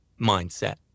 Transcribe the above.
mindset